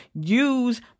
use